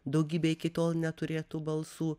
daugybę iki tol neturėtų balsų